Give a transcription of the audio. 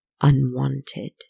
unwanted